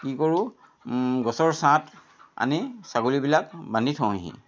কি কৰোঁ গছৰ ছাঁত আনি ছাগলীবিলাক বান্ধি থওঁহি